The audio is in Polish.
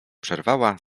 przerwała